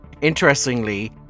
interestingly